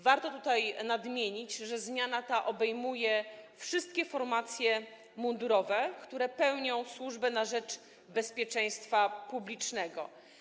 Warto nadmienić, że zmiana obejmuje wszystkie formacje mundurowe, które pełnią służbę na rzecz bezpieczeństwa publicznego.